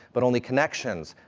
but only connections,